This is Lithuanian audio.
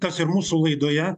tas ir mūsų laidoje